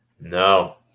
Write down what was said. No